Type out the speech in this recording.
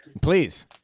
Please